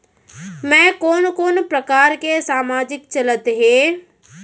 मैं कोन कोन प्रकार के सामाजिक चलत हे?